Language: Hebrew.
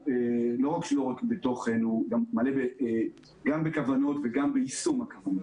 שלא רק שהוא לא ריק מתוכן אלא הוא גם מלא בכוונות וגם ביישום הכוונות.